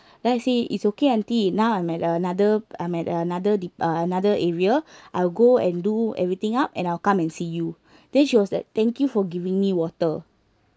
then I say it's okay aunty now I'm at uh another I'm at another depa~ another area I will go and do everything up and I will come and see you then she was like thank you for giving me water